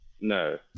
no